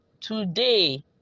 today